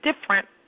different